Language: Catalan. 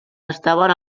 estaven